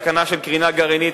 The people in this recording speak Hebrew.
סכנה של קרינה גרעינית,